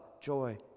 joy